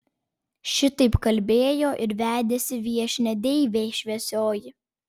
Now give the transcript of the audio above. šitaip kalbėjo ir vedėsi viešnią deivė šviesioji